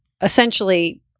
essentially